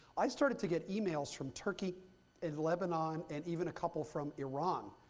i started to get emails from turkey and lebanon and even a couple from iran,